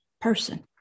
person